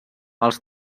els